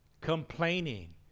complaining